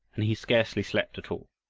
and he scarcely slept at all.